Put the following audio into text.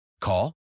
Call